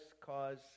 cause